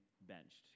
benched